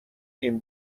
این